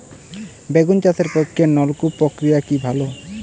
বেগুন চাষের পক্ষে নলকূপ প্রক্রিয়া কি ভালো?